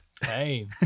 Hey